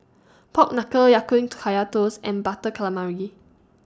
Pork Knuckle Ya Kun Kaya Toast and Butter Calamari